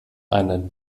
einer